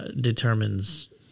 determines